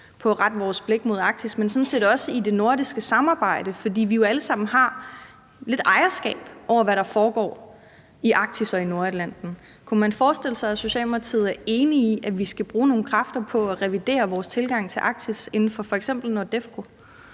at rette vores blik på Arktis, men sådan set også i det nordiske samarbejde, fordi vi jo alle sammen har lidt ejerskab over, hvad der foregår i Arktis og i Nordatlanten. Kunne man forestille sig, at Socialdemokratiet er enige i, vi skal bruge nogle kræfter på at revidere vores tilgang til Arktis inden for f.eks. NORDEFCO?